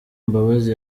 mbabazi